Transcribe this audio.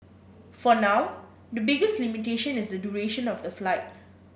for now the biggest limitation is the duration of the flight